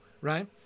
right